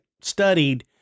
studied